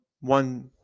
one